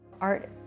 Art